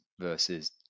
versus